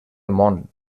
món